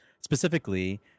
specifically